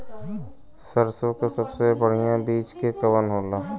सरसों क सबसे बढ़िया बिज के कवन होला?